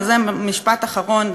וזה משפט אחרון,